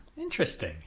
Interesting